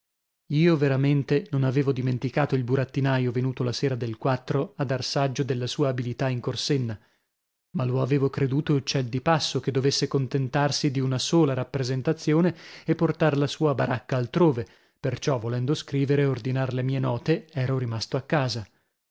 io veramente non avevo dimenticato il burattinaio venuto la sera del a dar saggio della sua abilità in corsenna ma lo avevo creduto uccel di passo che dovesse contentarsi di una sola rappresentazione e portare la sua baracca altrove perciò volendo scrivere ordinar le mie note ero rimasto a casa